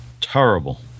Terrible